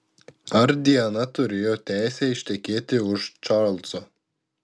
ar diana turėjo teisę ištekėti už čarlzo